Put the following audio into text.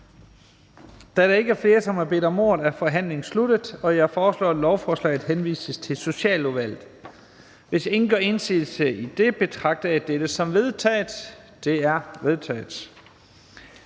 Da der ikke er flere, som har bedt om ordet, er forhandlingen sluttet. Jeg foreslår, at lovforslaget henvises til Socialudvalget. Hvis ingen gør indsigelse, betragter jeg dette som vedtaget. Det er vedtaget.